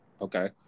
Okay